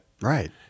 Right